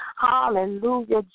hallelujah